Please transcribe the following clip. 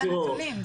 שחר תישאר איתנו,